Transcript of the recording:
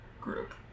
group